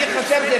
אני חשבתי,